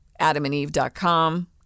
AdamandEve.com